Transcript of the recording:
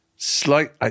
Slight